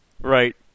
Right